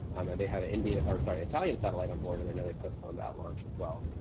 um and they had indian or sorry, italian satellite on board. and i know they postponed that launch as well.